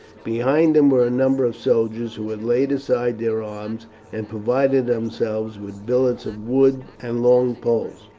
behind him were a number of soldiers, who had laid aside their arms and provided themselves with billets of wood and long poles.